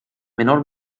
menor